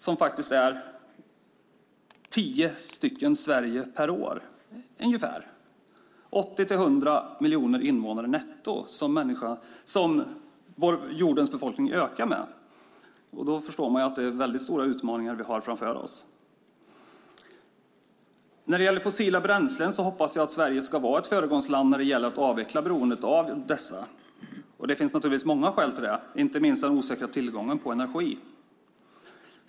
Det är ungefär tio Sverige per år, 80-100 invånare netto, som jordens befolkning ökar med. Då förstår man att det är väldigt stora utmaningar som vi har framför oss. Jag hoppas att Sverige ska vara ett föregångsland när det gäller att avveckla beroendet av fossila bränslen. Det finns många skäl till det. Det gäller inte minst den osäkra tillgången på energi.